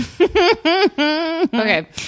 Okay